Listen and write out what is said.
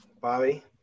Bobby